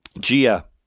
Gia